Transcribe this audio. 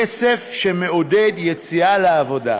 כסף שמעודד יציאה לעבודה,